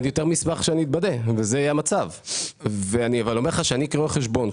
אשמח שאני אתבדה ושזה יהיה המצב אבל אני אומר לך שאני כרואה חשבון,